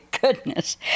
goodness